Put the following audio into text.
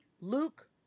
Luke